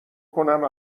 کنم